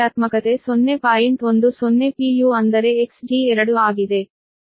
u ಅಂದರೆ Xg2 ಆಗಿದೆ